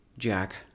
Jack